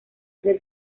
del